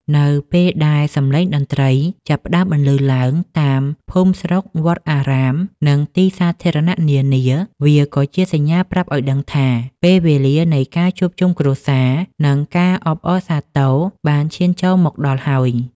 នៅពេលដែលសម្លេងតន្ត្រីចាប់ផ្តើមបន្លឺឡើងតាមភូមិស្រុក វត្តអារាម និងទីសាធារណៈនានា វាក៏ជាសញ្ញាប្រាប់ឱ្យដឹងថា ពេលវេលានៃការជួបជុំគ្រួសារ និងការអបអរសាទរបានឈានចូលមកដល់ហើយ។